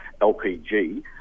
LPG